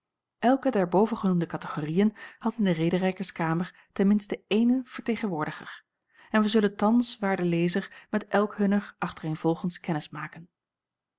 elke der bovengenoemde kategoriën had in de rederijkerskamer ten minsten éénen vertegenwoordiger en wij zullen thans waarde lezer met elk hunner achtereenvolgens kennis maken